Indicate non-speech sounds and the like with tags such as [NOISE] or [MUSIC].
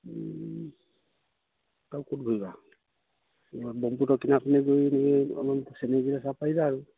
[UNINTELLIGIBLE]